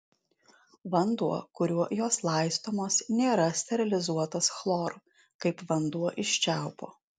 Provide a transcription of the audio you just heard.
vanduo kuriuo jos laistomos nėra sterilizuotas chloru kaip vanduo iš čiaupo